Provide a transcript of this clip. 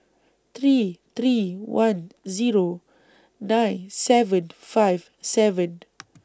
three three one Zero nine seven five seven